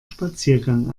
spaziergang